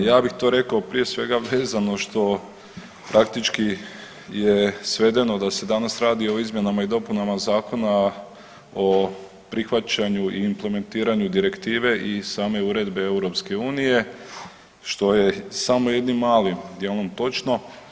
Ja bih to rekao prije svega vezano što praktički je svedeno da se danas radi o izmjenama i dopunama zakona o prihvaćanju i implementiranju direktive i same uredbe EU što je samo jednim malim dijelom točno.